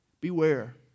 Beware